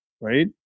right